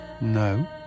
No